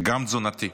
גם תזונתי.